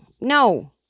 No